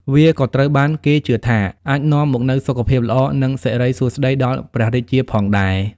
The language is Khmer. វាក៏ត្រូវបានគេជឿថាអាចនាំមកនូវសុខភាពល្អនិងសិរីសួស្តីដល់ព្រះរាជាផងដែរ។